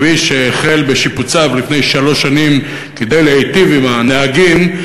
כביש שהחלו בשיפוציו לפני שלוש שנים כדי להיטיב עם הנהגים,